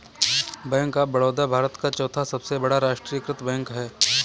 bank of Baroda Bharat का चौथा सबसे बड़ा राष्ट्रीयकृत बैंक है